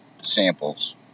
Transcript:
samples